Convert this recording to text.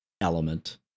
element